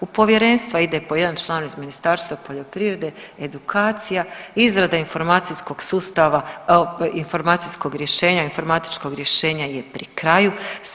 U povjerenstva ide po jedan član iz Ministarstva poljoprivrede, edukacija, izrada informacijskog sustava, informacijskog rješenja informatičkog rješenja je pri kraju.